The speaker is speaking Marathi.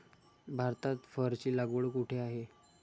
भारतात फरची लागवड कुठे आहे?